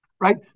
right